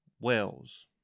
wells